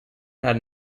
had